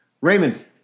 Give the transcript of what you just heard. Raymond